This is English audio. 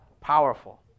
powerful